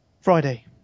Friday